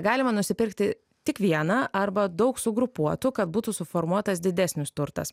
galima nusipirkti tik vieną arba daug sugrupuotų kad būtų suformuotas didesnis turtas